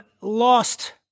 Lost